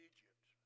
Egypt